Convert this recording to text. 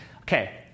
Okay